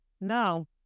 No